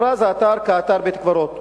הוכרז האתר כאתר בית-קברות.